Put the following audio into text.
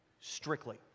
strictly